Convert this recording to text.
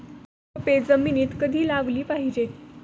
रोपे जमिनीत कधी लावली पाहिजे?